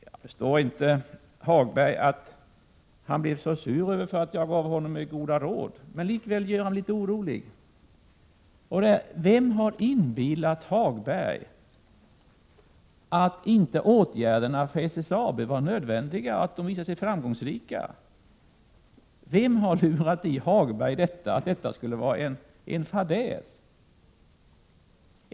Jag förstår inte att Lars-Ove Hagberg blev så sur över att jag gav honom några goda råd. Han gör mig litet orolig. Vem har inbillat Hagberg att åtgärderna vid SSAB inte var nödvändiga, att de inte visade sig framgångsrika? Vem har lurat i Hagberg att vi gjorde en fadäs?